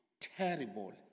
terrible